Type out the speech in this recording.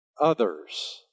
others